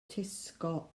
tesco